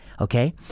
okay